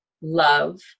love